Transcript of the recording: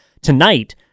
tonight